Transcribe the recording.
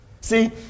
See